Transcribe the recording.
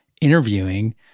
interviewing